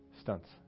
stunts